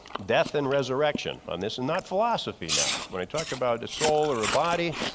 death and resurrection on this and not philosophy now. when i talk about the soul or a body,